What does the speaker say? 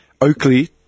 Oakley